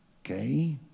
Okay